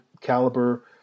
caliber